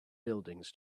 buildings